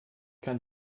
kann